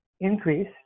increase